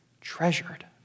treasured